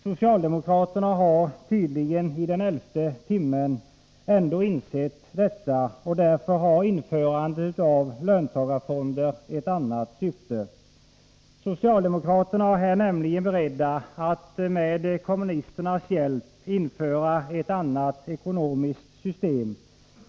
Socialdemokraterna har tydligen i den elfte timmen ändå insett detta, och därför har införandet av löntagarfonder ett annat syfte. Socialdemokraterna är nämligen beredda att med kommunisternas hjälp införa ett annat ekonomiskt system.